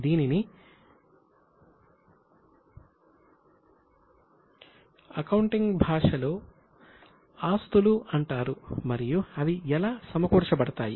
దీనిని అకౌంటింగ్ పరిభాషలో ఆస్తులు అంటారు మరియు అవి ఎలా సమకూర్చబడతాయి